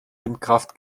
windkraft